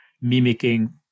mimicking